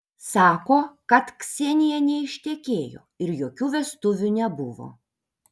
sako kad ksenija neištekėjo ir jokių vestuvių nebuvo